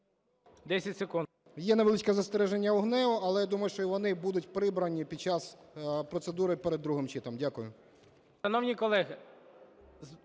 С.І. Є невеличке застереження у ГНЕУ. Але, думаю, що і вони будуть прибрані під час процедури перед другим читанням. Дякую.